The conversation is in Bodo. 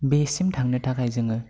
बेसिम थांनो थाखाय जोङो